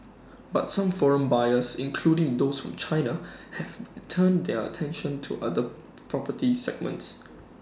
but some foreign buyers including those from China have turned their attention to other property segments